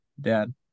dad